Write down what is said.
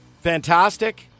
fantastic